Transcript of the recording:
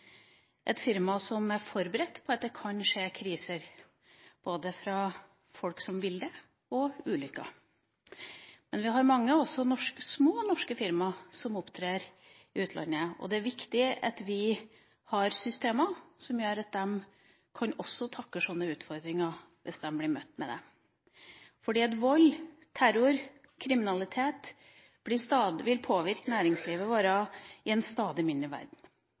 et firma som er forberedt på at det kan inntreffe kriser, både skapt av folk som vil det, og også ulykker. Men vi har også mange små norske firma som opptrer i utlandet, og det er viktig at vi har systemer som gjør at de også kan takle slike utfordringer, for vold, terror og kriminalitet vil påvirke næringslivet vårt i en stadig mindre verden,